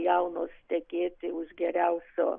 jaunos tekėti už geriausio